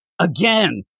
again